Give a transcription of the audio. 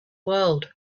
world